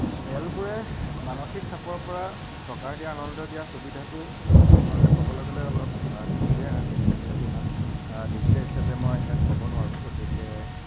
খেলবোৰে মানসিক চাপৰপৰা সকাহ দিয়া আনন্দ দিয়াৰ সুবিধাটো মানে ক'বলৈ গ'লে অলপ দীঘলীয়াই হয় গতিকে যিহেতু ইমান দীঘলীয়া হিচাপে মই ইয়াত ক'ব নোৱাৰোঁ গতিকে